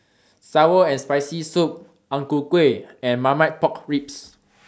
Sour and Spicy Soup Ang Ku Kueh and Marmite Pork Ribs